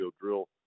drill